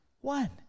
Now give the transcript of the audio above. One